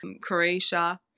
Croatia